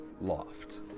loft